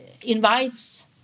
invites